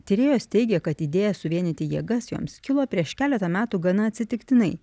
tyrėjos teigė kad idėja suvienyti jėgas joms kilo prieš keletą metų gana atsitiktinai